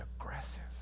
aggressive